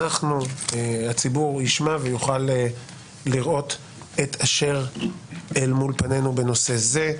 אנחנו והציבור ישמעו ויוכלו לראות את אשר אל מול פנינו בנושא זה.